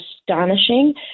astonishing